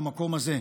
במקום הזה.